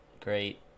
Great